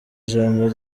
ijambo